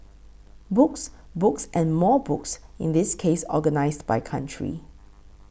books books and more books in this case organised by country